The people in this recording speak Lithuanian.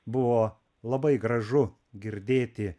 buvo labai gražu girdėti